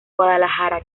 guadalajara